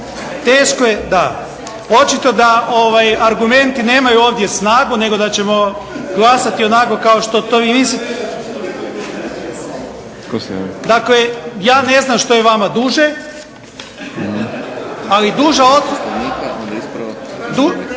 vas!/… Da, očito da argumenti nemaju ovdje snagu, nego ćemo glasati onako kao što to. Dakle, ja ne znam što je vama duže.